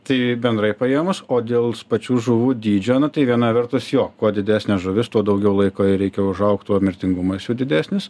tai bendrai paėmus o dėl pačių žuvų dydžio na tai viena vertus jo kuo didesnė žuvis tuo daugiau laiko jai reikia užaugt tuo mirtingumas jų didesnis